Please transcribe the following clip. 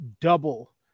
double